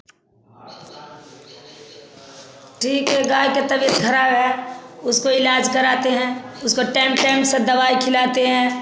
ठीक है गाय की तबीयत खराब है उसको इलाज कराते हैं उसको टैम टैम से दवाई खिलाते हैं